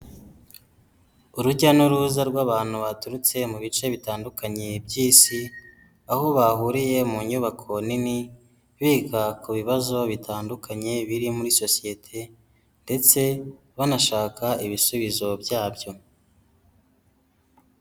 Urujya n'uruza rw'abantu baturutse mu bice bitandukanye by'isi, aho bahuriye mu nyubako nini biga ku bibazo bitandukanye biri muri sosiyete ndetse banashaka ibisubizo byabyo.